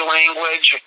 language